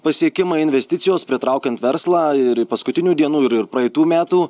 pasiekimai investicijos pritraukiant verslą ir paskutinių dienų ir praeitų metų